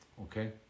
okay